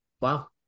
Wow